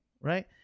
right